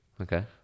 Okay